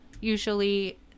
usually